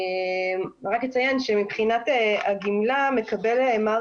אני רק אציין שמבחינת הגמלה מקבל מר